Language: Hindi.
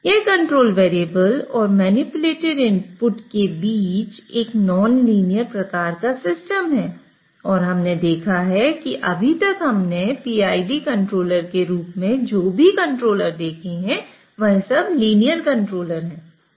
यह कंट्रोल वेरिएबल और मैनिपुलेटेड इनपुटके बीच एक नॉनलीनियर प्रकार का सिस्टम है और हमने देखा है कि अभी तक हमने PID कंट्रोलर के रूप में जो भी कंट्रोलर देखे हैं वह सब लीनियर कंट्रोलर है